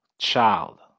child